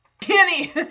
Kenny